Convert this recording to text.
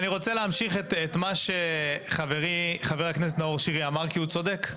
אני רוצה להמשיך את מה שחברי חבר הכנסת נאור שירי אמר כי הוא צודק.